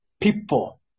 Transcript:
people